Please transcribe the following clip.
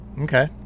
Okay